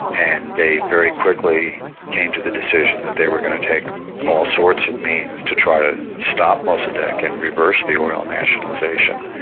and they very quickly came to the decision that they were going to take all sorts of means to try to stop mossadeq and reverse the oil nationalisation.